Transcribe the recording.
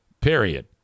period